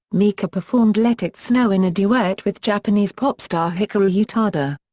mika performed let it snow in a duet with japanese pop star hikaru utada.